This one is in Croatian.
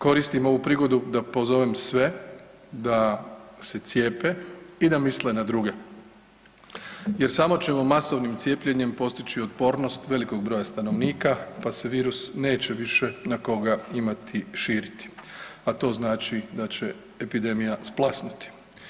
Koristim ovu prigodu da pozovem sve da se cijepe i da misle na druge jer samo ćemo masovnim cijepljenjem postići otpornost velikog broja stanovnika pa se virus neće više na koga imati širiti, a to znači da će epidemija splasnuti.